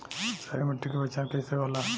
क्षारीय मिट्टी के पहचान कईसे होला?